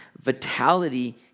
vitality